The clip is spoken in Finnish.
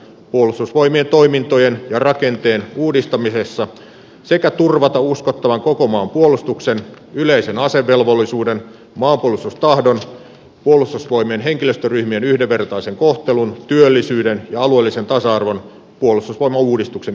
puolustusvoimien toimintojen ja rakenteen uudistamisesta sekä puhemiesneuvosto ehdottaa että maanpuolustuksen yleisen asevelvollisuuden maanpuolustustahdon puolustusvoimien henkilöstöryhmien yhdenvertaiseen kohteluun työllisyyden alueellisen tasa arvon puolustusvoimauudistuksen